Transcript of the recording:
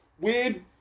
weird